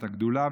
על הגדולה,